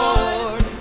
Lord